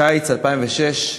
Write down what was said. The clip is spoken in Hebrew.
קיץ 2006,